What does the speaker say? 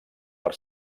per